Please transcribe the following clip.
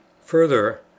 Further